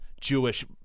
Jewish